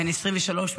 בן 23,